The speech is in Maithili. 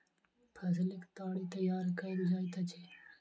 फसीलक ताड़ी तैयार कएल जाइत अछि